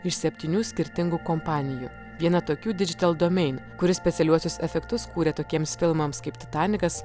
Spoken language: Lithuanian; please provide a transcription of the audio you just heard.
iš septynių skirtingų kompanijų viena tokių digital domain kuri specialiuosius efektus kūrė tokiems filmams kaip titanikas